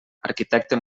arquitecte